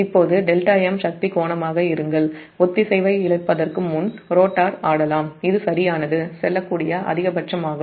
இப்போது δm சக்தி கோணமாக இருங்கள் ஒத்திசைவை இழப்பதற்கு முன் ரோட்டார் செல்லக்கூடிய அதிகபட்சமாகும்